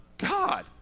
God